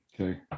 Okay